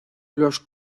los